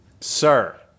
Sir